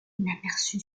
inaperçue